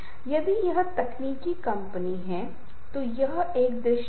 अगर आप किसी के साथ रिश्ता रखना चाहते हैं तो यह कैसे करेंगे